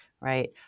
right